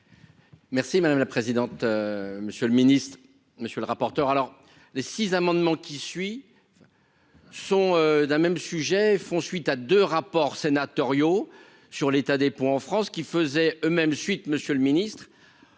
Merci madame la présidente, monsieur le ministre, monsieur le rapporteur, alors les 6 amendements qui suit son d'un même sujet font suite à 2 rapports sénatoriaux sur l'état des ponts en France qui faisaient eux-mêmes suite Monsieur le Ministre